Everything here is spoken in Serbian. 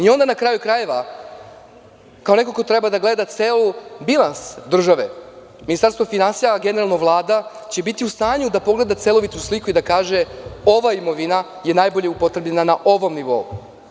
Onda na kraju krajeva kao neko ko treba ceo bilans države, Ministarstvo finansija, a generalno Vlada će bit u stanju da pogleda celovitu sliku i da kaže – ova imovina je najbolje upotrebljena na ovom nivou.